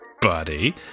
buddy